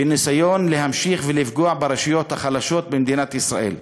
בניסיון להמשיך ולפגוע ברשויות החלשות במדינת ישראל".